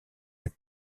les